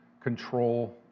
control